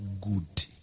good